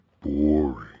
boring